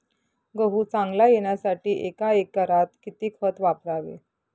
गहू चांगला येण्यासाठी एका एकरात किती खत वापरावे?